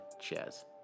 cheers